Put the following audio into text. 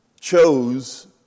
chose